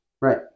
Right